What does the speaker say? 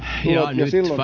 ja silloin